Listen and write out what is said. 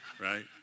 right